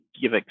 give